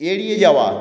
এড়িয়ে যাওয়া